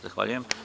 Zahvaljujem.